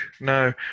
No